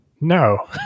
No